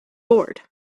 board